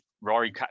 Rory